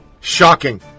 shocking